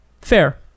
Fair